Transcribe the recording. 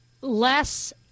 less